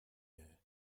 air